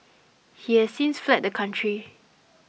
he has since fled the country